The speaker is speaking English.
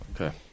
Okay